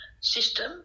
system